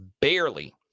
barely